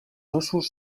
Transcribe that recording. ossos